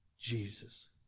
Jesus